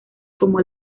como